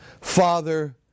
Father